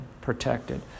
protected